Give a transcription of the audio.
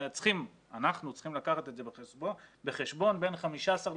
אנחנו צריכים לקחת את זה בחשבון, בין 15 ס"מ